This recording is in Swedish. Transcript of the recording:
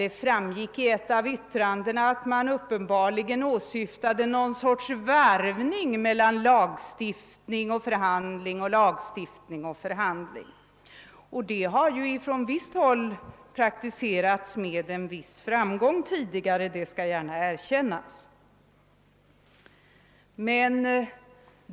Det framgick av ett av yttrandena att man åsyftade någon sorts varvning mellan lagstiftning och förhandling. Den metoden har på visst håll praktiserats tidigare med — det skall gärna erkännas — viss framgång.